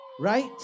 Right